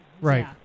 right